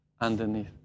underneath